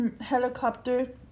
helicopter